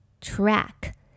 Track